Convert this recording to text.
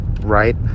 right